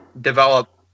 develop